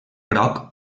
groc